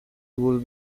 would